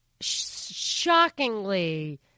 shockingly